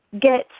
get